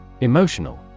Emotional